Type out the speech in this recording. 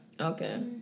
Okay